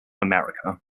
america